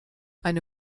eine